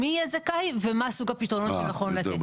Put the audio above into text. מי יהיה זכאי ומה סוג הפתרונות שנכון לתת.